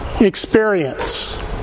experience